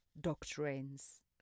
doctrines